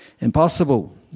Impossible